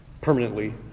Permanently